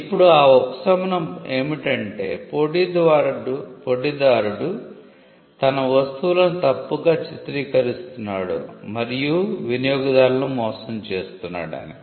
ఇప్పుడు ఆ ఉపశమనం ఏమిటంటే పోటీదారుడు తన వస్తువులను తప్పుగా చిత్రీకరిస్తున్నాడు మరియు వినియోగదారులను మోసం చేస్తున్నాడు అని